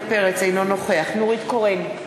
אינו נוכח נורית קורן,